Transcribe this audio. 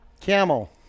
Camel